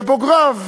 שבוגריו